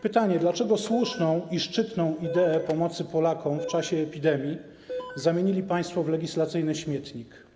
Pytanie: Dlaczego słuszną i szczytną ideę pomocy Polakom w czasie epidemii zamienili państwo w legislacyjny śmietnik?